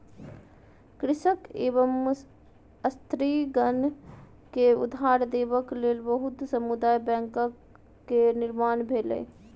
कृषक एवं स्त्रीगण के उधार देबक लेल बहुत समुदाय बैंक के निर्माण भेलै